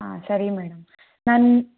ಹಾಂ ಸರಿ ಮೇಡಂ ನಾನು